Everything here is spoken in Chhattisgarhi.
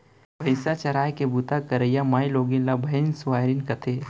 भईंसा चराय के बूता करइया माइलोगन ला भइंसवारिन कथें